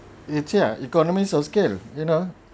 it ya economics of scale you know